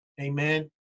Amen